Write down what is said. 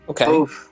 Okay